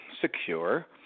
secure